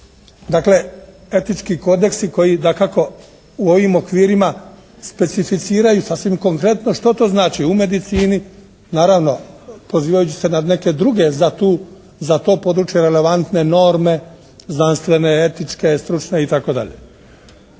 Dakle, etički kodeksi koji dakako u ovim okvirima specificiraju sasvim konkretno što to znači u medicini, naravno pozivajući se na neke druge za to područje relevantne norme, znanstvene, etičke, stručne itd.